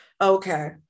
Okay